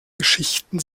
geschichten